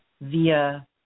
via